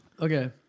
Okay